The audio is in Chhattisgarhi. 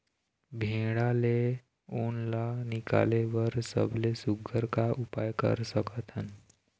भेड़ा ले उन ला निकाले बर सबले सुघ्घर का उपाय कर सकथन?